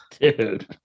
Dude